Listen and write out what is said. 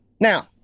Now